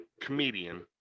comedian